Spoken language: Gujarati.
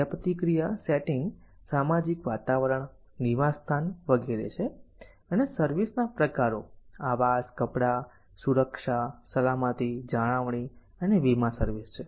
ક્રિયાપ્રતિક્રિયા સેટિંગ સામાજિક વાતાવરણ નિવાસસ્થાન વગેરે છે અને સર્વિસ ના પ્રકારો આવાસ કપડાં સુરક્ષા સલામતી જાળવણી અને વીમા સર્વિસ છે